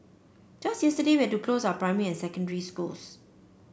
just yesterday where to close our primary and secondary schools